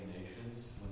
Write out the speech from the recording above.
nations